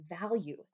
value